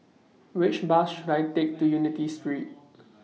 Which Bus should I Take to Unity Street